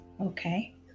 okay